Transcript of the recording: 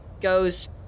goes